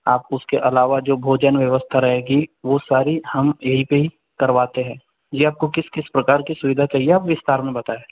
आप उसके अलावा जो भोजन व्यवस्था रहेगी वो सारी हम यहीं पे ही करवाते है यह आपको किस किस प्रकार की सुविधा चाहिए आप विस्तार में बताएं